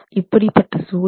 இப்படிப்பட்ட சூழலில்